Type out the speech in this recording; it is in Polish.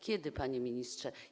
Kiedy, panie ministrze?